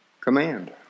command